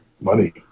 money